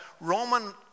Roman